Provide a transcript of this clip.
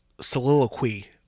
soliloquy